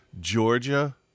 Georgia